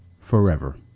forever